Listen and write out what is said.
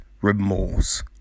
remorse